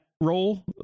role